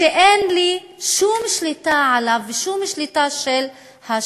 ואין לי שום שליטה עליו ושום יכולת להשוואה.